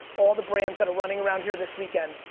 all the brands that are running around here this weekend,